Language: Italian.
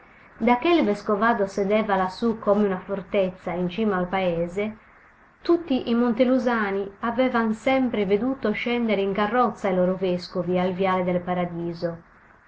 piedi da che il vescovado sedeva lassù come una fortezza in cima al paese tutti i montelusani avevan sempre veduto scendere in carrozza i loro vescovi al viale del paradiso